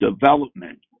development